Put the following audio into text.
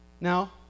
Now